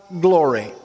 glory